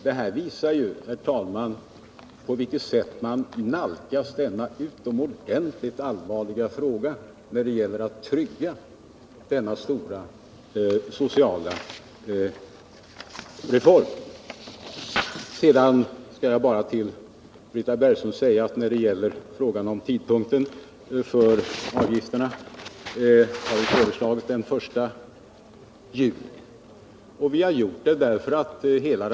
Detta visar ju, herr talman, på vilket sätt man nalkas denna utomordentligt allvarliga fråga när det gäller att trygga denna stora sociala reform. Sedan ett par ord till Britta Bergström om tidpunkten för ikraftträdandet. Vi har föreslagit den 1 juli.